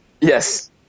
Yes